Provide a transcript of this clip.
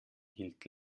hielt